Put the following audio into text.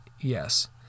yes